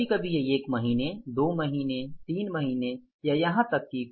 कभी कभी ये एक महीने दो महीने तीन महीने या यहां तक कि